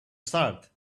start